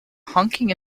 honking